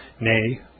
nay